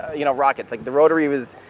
you know, rockets, like the rotary was,